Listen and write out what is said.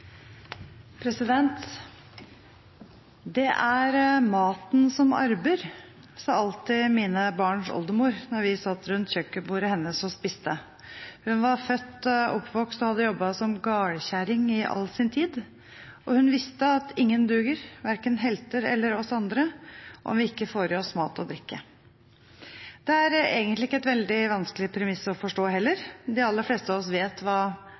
arbeidet. Det er maten som arbeider, sa alltid mine barns oldemor da vi satt rundt kjøkkenbordet hennes og spiste. Hun var født, oppvokst og hadde jobbet som gardkjerring i all sin tid, og hun visste at ingen duger – verken helter eller oss andre – om vi ikke får i oss mat og drikke. Det er egentlig ikke et veldig vanskelig premiss å forstå heller. De aller fleste av oss vet